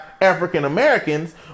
African-Americans